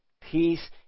peace